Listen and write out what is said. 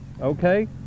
Okay